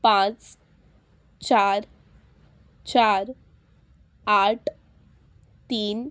पांच चार चार आठ तीन